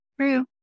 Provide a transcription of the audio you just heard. True